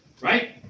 right